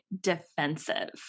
defensive